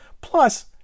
Plus